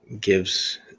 gives